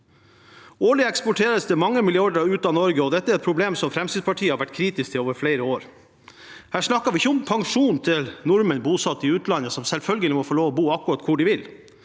Årlig eksporteres det mange milliarder ut av Norge. Dette er et problem som Fremskrittspartiet har vært kritisk til over flere år. Her snakker vi ikke om pensjon til nordmenn bosatt i utlandet, som selvfølgelig må få lov å bo akkurat hvor de vil,